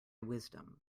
wisdom